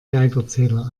geigerzähler